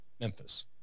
Memphis